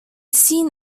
seen